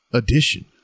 edition